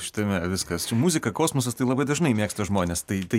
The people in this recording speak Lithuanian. šitame viskas čia muzika kosmosas tai labai dažnai mėgsta žmonės tai tai